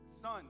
son